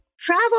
Travel